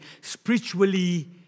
spiritually